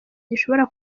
gishobora